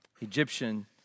Egyptian